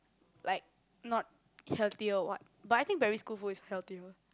like not healthier what but I think primary school food is healthier